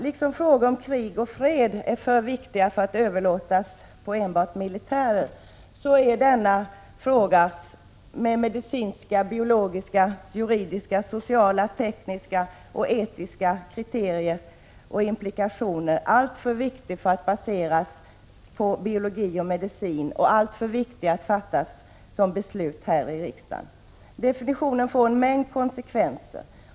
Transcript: Liksom frågor om krig och fred är för viktiga för att överlåtas till enbart militärer, är denna frågas medicinska, biologiska, juridiska, sociala, tekniska och etiska implikationer allt för viktiga för att baseras på biologi och medicin och allt för viktiga för att det skall fattas beslut om dem här i riksdagen. Definitionen får en mängd konsekvenser.